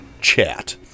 chat